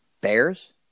Bears